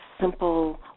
simple